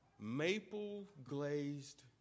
maple-glazed